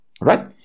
right